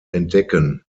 entdecken